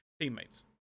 teammates